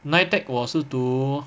NITEC 我是读